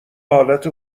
حالت